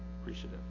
appreciative